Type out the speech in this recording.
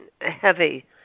heavy